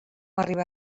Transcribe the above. arribà